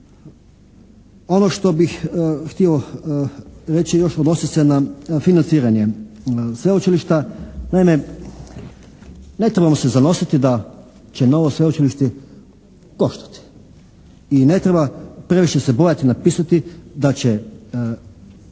Ono što bih htio reći još odnosi se na financiranje sveučilišta. Naime ne trebamo se zanositi da će novo sveučilište koštati i ne treba previše se bojati napisati da će